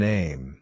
Name